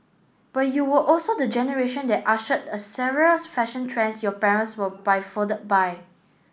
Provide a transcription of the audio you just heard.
but you were also the generation that ushered a several fashion trends your parents were befuddled by